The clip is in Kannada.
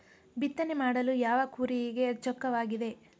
ಬಿತ್ತನೆ ಮಾಡಲು ಯಾವ ಕೂರಿಗೆ ಚೊಕ್ಕವಾಗಿದೆ?